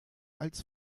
als